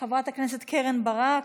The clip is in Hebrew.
חברת הכנסת קרן ברק,